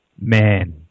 Man